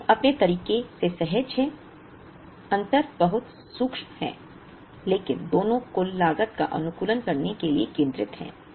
दोनों अपने तरीके से सहज हैं अंतर बहुत सूक्ष्म है लेकिन दोनों कुल लागत का अनुकूलन करने के लिए केंद्रित हैं